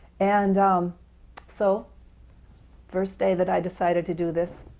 and um so first day that i decided to do this,